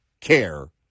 care